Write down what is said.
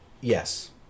Yes